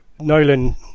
Nolan